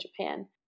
Japan